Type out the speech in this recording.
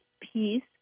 Peace